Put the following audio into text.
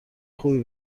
خوبی